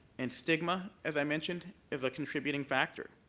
and stigma as i mentioned is a contributing factor.